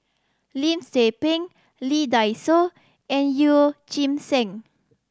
Lim Tze Peng Lee Dai Soh and Yeoh Ghim Seng